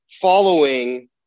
Following